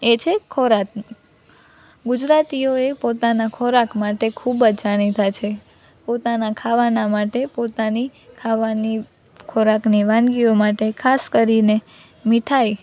એ છે ખોરાક ગુજરાતીઓ એ પોતાના ખોરાક માટે ખૂબ જ જાણીતા છે પોતાના ખાવાના માટે પોતાની ખાવાની ખોરાકની વાનગીઓ માટે ખાસ કરીને મીઠાઈ